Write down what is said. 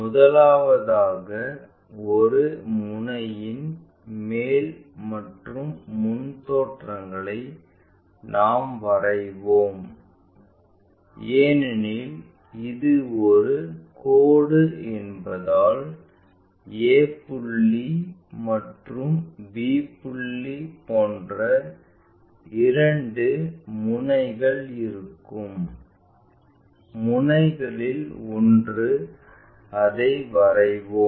முதலாவதாக ஒரு முனையின் மேல் மற்றும் முன் தோற்றம்களை நாம் வரைவோம் ஏனெனில் இது ஒரு கோடு என்பதால் a புள்ளி மற்றும் b புள்ளி போன்ற இரண்டு முனைகள் இருக்கும் முனைகளில் ஒன்று அதை வரைவோம்